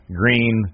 green